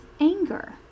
anger